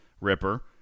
Ripper